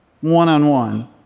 one-on-one